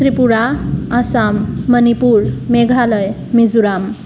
Tripura Assam Manipur Meghalaya Mizoram